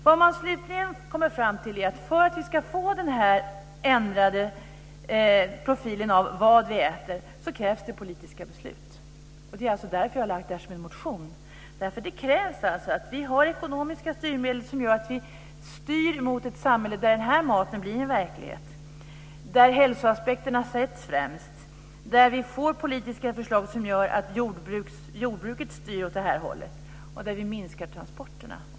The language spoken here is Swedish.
Vad man slutligen kommer fram till är att det, för att vi ska få den här ändrade profilen när det gäller vad vi äter, krävs politiska beslut. Det är alltså därför som jag har tagit upp det här i en motion. Det krävs alltså att vi har ekonomiska styrmedel som gör att vi styr mot ett samhälle där den här maten blir en verklighet, där hälsoaspekterna sätts främst, där vi får politiska förslag som gör att jordbruket styr åt det här hållet och där vi minskar transporterna.